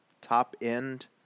top-end